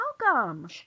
welcome